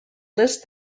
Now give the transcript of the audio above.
lists